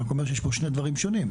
אני רק אומר שיש פה שני דברים שונים,